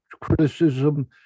criticism